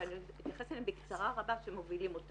ואני אתייחס אליהם בקצרה רבה.